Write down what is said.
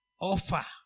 offer